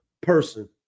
person